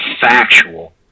factual